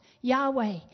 Yahweh